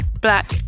black